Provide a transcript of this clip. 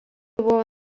buvo